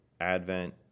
Advent